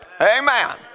Amen